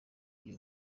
iyo